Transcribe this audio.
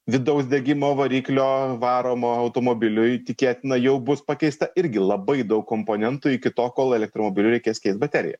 vidaus degimo variklio varomo automobiliui tikėtina jau bus pakeista irgi labai daug komponentų iki to kol elektromobilį reikės keist bateriją